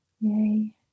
Yay